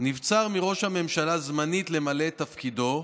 "נבצר מראש הממשלה זמנית למלא את תפקידו,